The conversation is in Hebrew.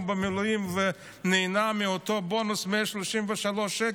במילואים ונהנה מאותו בונוס של 133 שקלים,